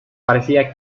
parecía